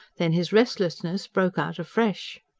then his restlessness broke out afresh.